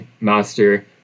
master